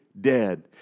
dead